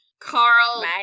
Carl